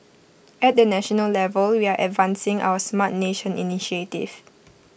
at the national level we are advancing our Smart Nation initiative